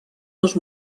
dos